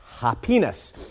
happiness